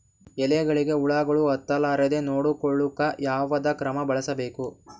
ಎಲೆಗಳಿಗ ಹುಳಾಗಳು ಹತಲಾರದೆ ನೊಡಕೊಳುಕ ಯಾವದ ಕ್ರಮ ಬಳಸಬೇಕು?